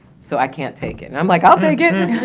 so i can't take it. and i'm like, i'll take it,